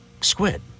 squid